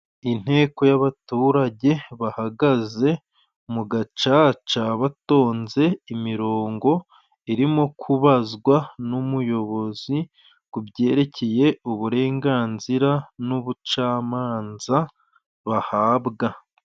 Inteko y'abaturage bahagaze mu gacaca, batonze imirongo irimo kubazwa n'umuyobozi ku byerekeye uburenganzira n:ubucamanza bahabwa.